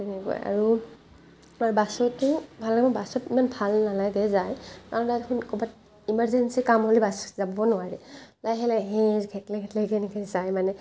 তেনেকুৱা আৰু বাছতো হ'লেও মোৰ বাছত ইমান ভাল নালাগে যাই কাৰণ তাত সেনে ক'ৰবাত ইমাৰ্জেঞ্চি কাম হ'লে বাছত যাব নোৱাৰি লাহে লাহে ঘেট্লাই ঘেট্লাইকৈ এনেকৈ যায় মানে